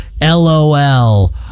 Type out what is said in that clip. LOL